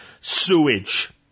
sewage